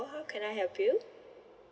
how can I help you